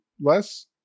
less